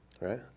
Right